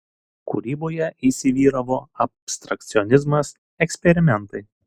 kūryboje įsivyravo abstrakcionizmas eksperimentai